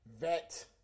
vet